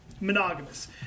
monogamous